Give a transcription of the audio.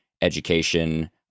education